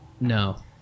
No